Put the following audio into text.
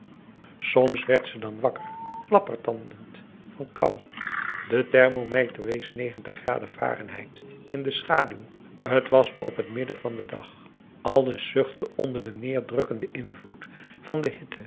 soms werd ze dan wakker klappertandend van kou de thermometer wees negentig graden varen het in de schaduw t was op het midden van den dag alles zuchtte onder den neerdrukkenden invloed van de